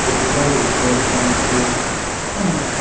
ꯀꯦ ꯖꯤꯗ ꯍꯧꯖꯤꯛꯁꯦ ꯂꯨꯄꯥ ꯅꯤꯐꯨ ꯂꯩ